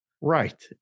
Right